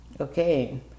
Okay